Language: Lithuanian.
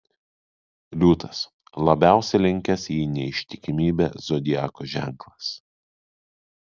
liūtas labiausiai linkęs į neištikimybę zodiako ženklas